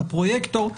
הפרויקטור,